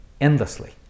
endlessly